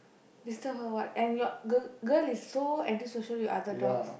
disturb her what and your girl girl is so antisocial with other dogs